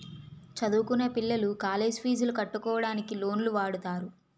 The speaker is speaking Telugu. చదువుకొనే పిల్లలు కాలేజ్ పీజులు కట్టుకోవడానికి లోన్లు వాడుతారు